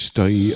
Stay